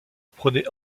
prenait